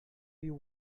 you